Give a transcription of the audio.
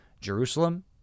Jerusalem